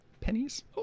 pennies